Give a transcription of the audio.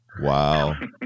Wow